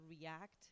react